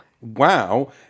Wow